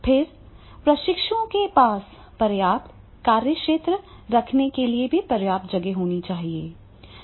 फिर प्रशिक्षुओं के पास पर्याप्त कार्यक्षेत्र रखने के लिए पर्याप्त जगह है